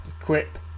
equip